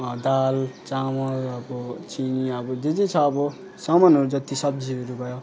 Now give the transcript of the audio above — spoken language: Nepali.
दाल चामल अब चिनी जे जे छ अब सामानहरू जति छ सब्जीहरू भयो